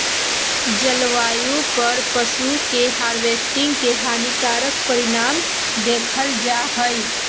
जलवायु पर पशु के हार्वेस्टिंग के हानिकारक परिणाम देखल जा हइ